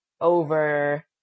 over